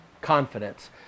confidence